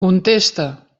contesta